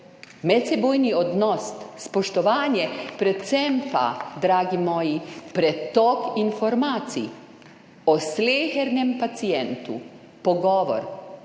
medsebojni odnos, spoštovanje, predvsem pa, dragi moji, pretok informacij o slehernem pacientu. Pogovor,